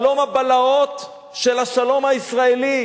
חלום הבלהות של השלום הישראלי,